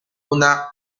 una